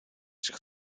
zich